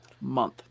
month